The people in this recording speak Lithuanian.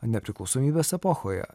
nepriklausomybės epochoje